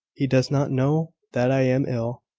he does not know that i am ill.